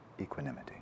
equanimity